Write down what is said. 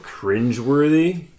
cringeworthy